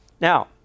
Now